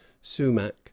sumac